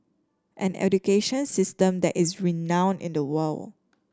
an education system that is renowned in the world